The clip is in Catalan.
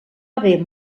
haver